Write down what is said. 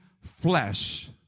flesh